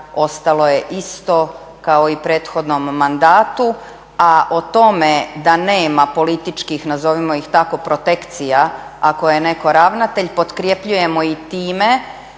ostalo je isto kao i u prethodnom mandatu, a o tome da nema političkih nazovimo ih tako protekcija ako je netko ravnatelj potkrepljujemo i time